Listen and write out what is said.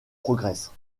progresse